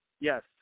Yes